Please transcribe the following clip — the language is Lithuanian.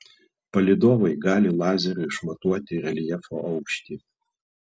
palydovai gali lazeriu išmatuoti reljefo aukštį